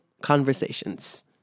conversations